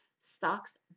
stocks